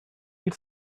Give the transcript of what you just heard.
need